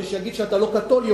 כדי שיגיד שאתה לא קתולי,